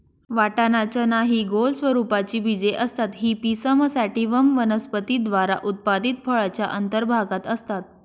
वाटाणा, चना हि गोल स्वरूपाची बीजे असतात ही पिसम सॅटिव्हम वनस्पती द्वारा उत्पादित फळाच्या अंतर्भागात असतात